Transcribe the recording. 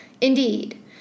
Indeed